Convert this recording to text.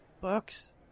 books